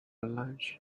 lunch